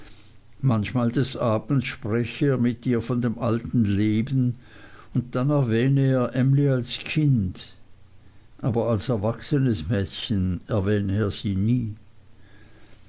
manchmal des abends spräche er mit ihr von dem alten leben und dann erwähne er emly als kind aber als erwachsenes mädchen erwähne er sie nie